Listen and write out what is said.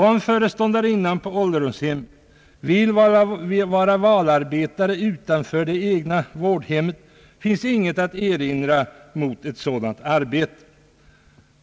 Om föreståndarinnan vill vara valarbetare utanför det egna vårdhemmet, finns ingenting att erinra mot ett sådant åtagande.